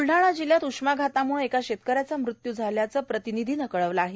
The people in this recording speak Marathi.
बुलडाणा जिल्हयात उष्माघातामुळे एका शेतक याचा मृत्यू झाल्याचं आमच्या प्रतिनिधीनं कळवलं आहे